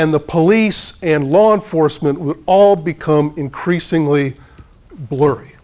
and the police and law enforcement would all become increasingly blurry